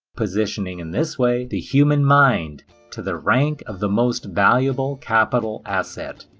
positioning in this way, the human mind to the rank of the most valuable capital asset.